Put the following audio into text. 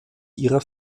ihrer